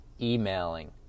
emailing